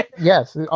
Yes